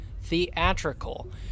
theatrical